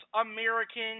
American